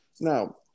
Now